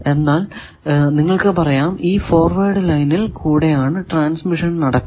എന്നാൽ നിങ്ങൾക്കു പറയാം ഈ ഫോർവേഡ് ലൈനിൽ കൂടെ ആണ് ട്രാൻസ്മിഷൻ നടക്കുന്നത്